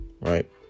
Right